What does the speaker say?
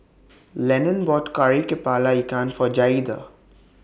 Lennon bought Kari Kepala Ikan For Jaeda